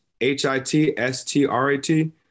H-I-T-S-T-R-A-T